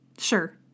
Sure